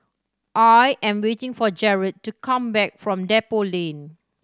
I am waiting for Jarret to come back from Depot Lane